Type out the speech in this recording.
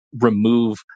remove